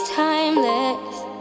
timeless